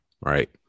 Right